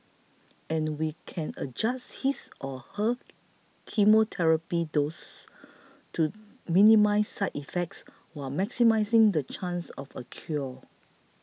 and we can adjust his or her chemotherapy doses to minimise side effects while maximising the chance of a cure